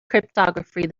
cryptography